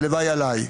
הלוואי עלי.